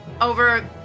Over